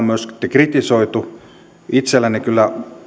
myös kritisoitu itselläni kyllä